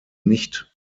nicht